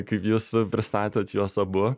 kaip jūs pristatėt juos abu